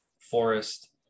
forest